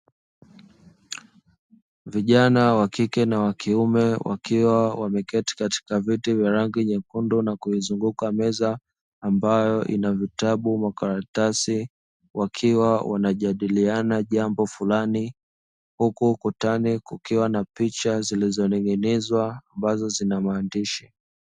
Vijana wakike na wakiume wakiwa wameketi katika viti vya rangi nyekundi na kuizunguka meza ambayo ina vitabu, makaratasi wakiwa wanajadiliana jambo fulani, huku ukutani kukiwa na picha zilizo ning'inizwa ambazo zina maandishi.